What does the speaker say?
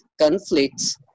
conflicts